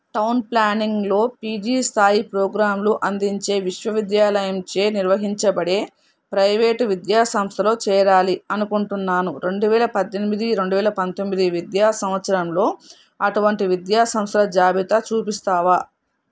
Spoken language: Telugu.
టౌన్ ప్ల్యానింగ్లో పీజీ స్థాయి ప్రోగ్రాంలు అందించే విశ్వవిద్యాలయంచే నిర్వహించబడే ప్రైవేటు విద్యా సంస్థలో చేరాలి అనుకుంటున్నాను రెండు వేల పద్దెనిమిది రెండు వేల పంతొమ్మిది విద్యా సంవత్సరంలో అటువంటి విద్యా సంస్థల జాబితా చూపిస్తావా